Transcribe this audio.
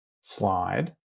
slide